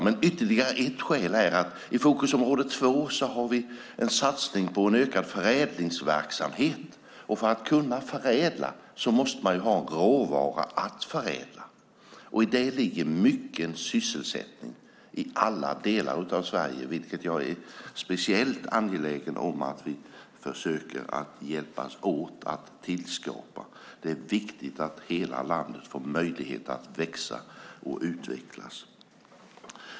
Men ytterligare ett skäl är att vi i fokusområde 2 har en satsning på en ökad förädlingsverksamhet, och för att kunna förädla måste man ha en råvara att förädla. I det ligger mycken sysselsättning i alla delar av Sverige, som jag är speciellt angelägen om att vi försöker att hjälpas åt att tillskapa. Det är viktigt att hela landet får möjligheter att växa och utvecklas.